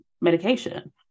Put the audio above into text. medication